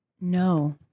No